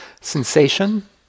sensation